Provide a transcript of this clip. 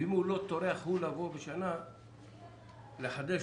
ואם הוא לא טורח לבוא בתום השנה לחדש,